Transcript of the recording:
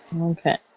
Okay